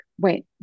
wait